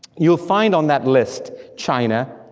you'll find on that list china,